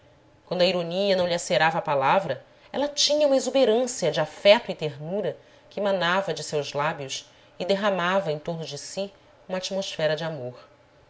quando a ironia não lhe acerava a palavra ela tinha uma exuberância de afeto e ternura que manava de seus lábios e derramava em torno de si uma atmosfera de amor